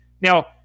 Now